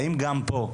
האם גם פה,